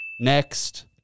Next